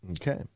okay